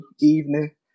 evening